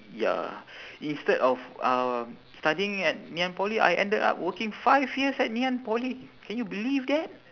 ya instead of um studying at ngee ann poly I ended up working five years at ngee ann poly can you believe that